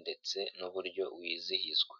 ndetse n'uburyo wizihizwa.